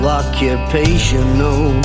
occupational